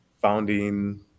founding